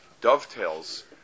dovetails